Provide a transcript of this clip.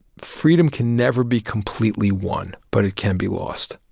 freedom can never be completely won, but it can be lost.